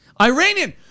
Iranian